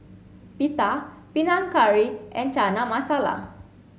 Pita Panang Curry and Chana Masala